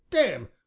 damme!